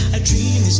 a dream